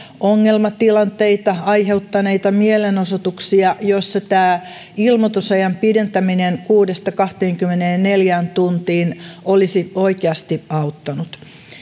ongelmatilanteita aiheuttaneita mielenosoituksia joissa tämä ilmoitusajan pidentäminen kuudesta kahteenkymmeneenneljään tuntiin olisi oikeasti auttanut